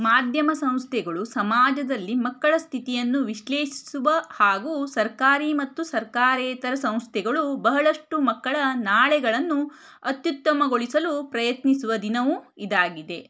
ಮಾಧ್ಯಮ ಸಂಸ್ಥೆಗಳು ಸಮಾಜದಲ್ಲಿ ಮಕ್ಕಳ ಸ್ಥಿತಿಯನ್ನು ವಿಶ್ಲೇಷಿಸುವ ಹಾಗೂ ಸರ್ಕಾರಿ ಮತ್ತು ಸರ್ಕಾರೇತರ ಸಂಸ್ಥೆಗಳು ಬಹಳಷ್ಟು ಮಕ್ಕಳ ನಾಳೆಗಳನ್ನು ಅತ್ಯುತ್ತಮಗೊಳಿಸಲು ಪ್ರಯತ್ನಿಸುವ ದಿನವೂ ಇದಾಗಿದೆ